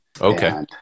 Okay